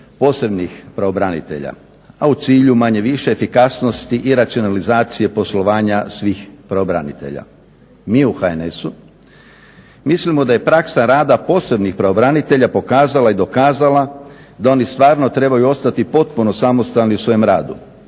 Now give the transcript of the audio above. posebnih pravobranitelja, a u cilju manje-više efikasnosti i racionalizacije poslovanja svih pravobranitelja. Mi u HNS-u mislimo da je praksa rada posebnih pravobranitelja pokazala i dokazala da oni stvarno trebaju ostati potpuno samostalni u svojem radu.